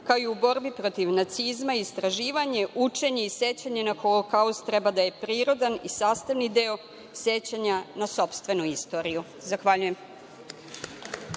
kao i u borbi protiv nacizma. Istraživanje, učenje i sećanje na Holokaust treba da je prirodan i sastavni deo sećanja na sopstvenu istoriju. Zahvaljujem.